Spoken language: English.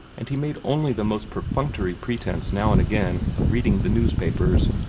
and he made only the most perfunctory pretence now and again of reading the newspapers.